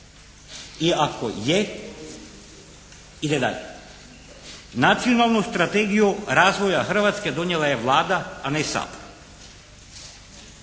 I ako je ide dalje. Nacionalnu strategiju razvoja Hrvatske donijela je Vlada, a ne Sabor.